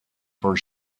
for